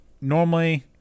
normally